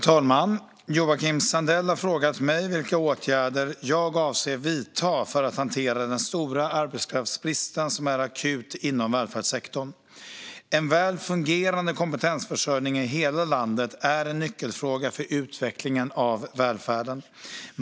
Herr talman! har frågat mig vilka åtgärder jag avser att vidta för att hantera den stora arbetskraftsbristen som är akut inom välfärdssektorn. En väl fungerande kompetensförsörjning i hela landet är en nyckelfråga för utvecklingen av välfärden.